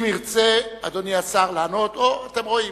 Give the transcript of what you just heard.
אם ירצה, אדוני השר, לענות, או, אתם רואים,